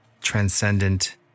Transcendent